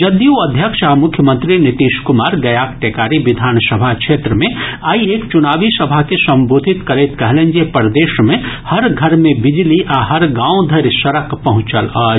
जदयू अध्यक्ष आ मुख्यमंत्री नीतीश कुमार गयाक टेकारी विधानसभा क्षेत्र मे आइ एक चुनावी सभा के संबोधित करैत कहलनि जे प्रदेश मे हर घर मे बिजली आ हर गांव घरि सड़क पहुंचल अछि